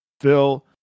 Phil